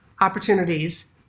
opportunities